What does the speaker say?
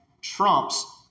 trumps